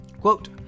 quote